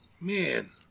man